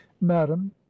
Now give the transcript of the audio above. madam